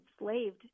enslaved